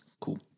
Cool